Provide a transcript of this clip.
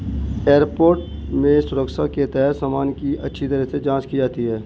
airport में सुरक्षा के तहत सामान की अच्छी तरह से जांच की जाती है